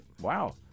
Wow